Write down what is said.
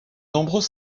nombreux